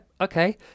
okay